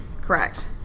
Correct